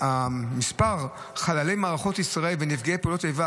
מספר חללי מערכות ישראל ונפגעי פעולות האיבה